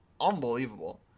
unbelievable